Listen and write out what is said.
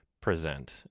present